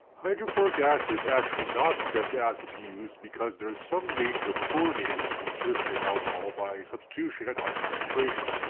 hydrochloric acid is actually not the best acid to use because there is some danger of chlorinating the tertiary alcohol by substitution at high concentrations.